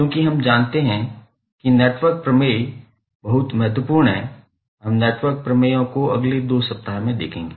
चूंकि हम जानते हैं कि नेटवर्क प्रमेय बहुत महत्वपूर्ण हैं हम नेटवर्क प्रमेयों को अगले 2 सप्ताह देखेंगे